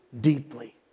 deeply